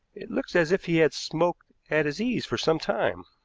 it looks as if he had smoked at his ease for some time.